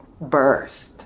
burst